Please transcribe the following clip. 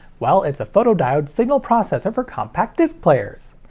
well, it's a photodiode signal processor for compact disc players!